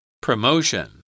Promotion